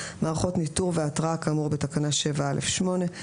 מערכות ניטור והתרעה כאמור בתקנה 7(א)(8).